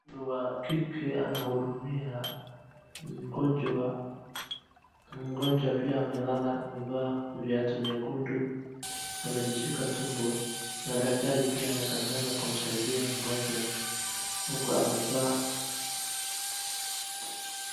Mtu wa kike amahudumia mgonjwa, mgonjwa pia amelala amevaa viatu vyekundu, amejishika tumbo na daktari pia anangangana kumsaidia mgonjwa huku amevaa.